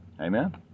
Amen